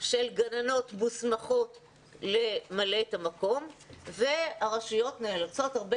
של גננות מוסמכות למלא את המקום והרשויות נאלצות הרבה